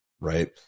right